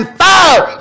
fire